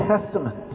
Testament